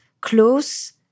close